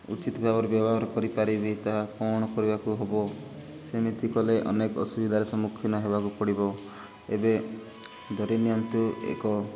ଉଚିତ ଭାବରେ ବ୍ୟବହାର କରିପାରିବି ତାହା କ'ଣ କରିବାକୁ ହବ ସେମିତି କଲେ ଅନେକ ଅସୁବିଧାର ସମ୍ମୁଖୀନ ହେବାକୁ ପଡ଼ିବ ଏବେ ଧରିନିଅନ୍ତୁ ଏକ